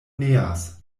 neas